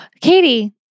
Katie